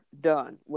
done